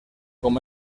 com